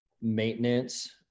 maintenance